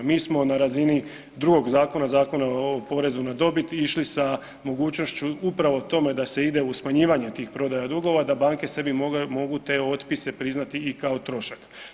Mi smo na razini drugog zakona, Zakona o porezu na dobit išli sa mogućnošću upravo tome da se ide u smanjivanje tih prodaja dugova da banke sebi mogu te otpise priznati i kao trošak.